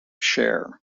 share